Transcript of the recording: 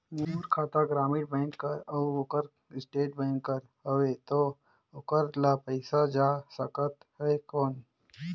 मोर खाता ग्रामीण बैंक कर अउ ओकर स्टेट बैंक कर हावेय तो ओकर ला पइसा जा सकत हे कौन?